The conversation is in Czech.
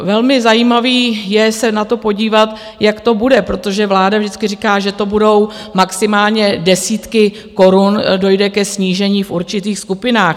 Velmi zajímavé je se na to podívat, jak to bude, protože vláda vždycky říká, že to budou maximálně desítky korun, dojde ke snížení v určitých skupinách.